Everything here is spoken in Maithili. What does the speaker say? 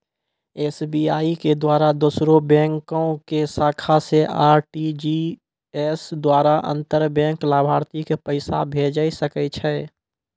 एस.बी.आई के द्वारा दोसरो बैंको के शाखा से आर.टी.जी.एस द्वारा अंतर बैंक लाभार्थी के पैसा भेजै सकै छै